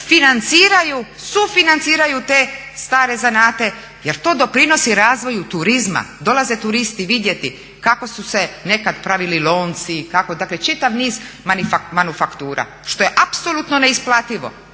financiraju, sufinanciraju te stare zanate jer to doprinosi razvoju turizma. Dolaze turisti vidjeti kako su se nekad pravili lonci, dakle čitav niz manufaktura što je apsolutno neisplativo.